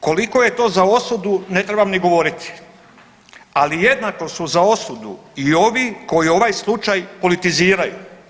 Koliko je to za osudu ne trebam ni govoriti, ali jednako su za osudu i ovi koji ovaj slučaj politiziraju.